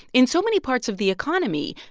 in so many parts of the economy,